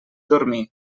dormir